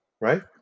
Right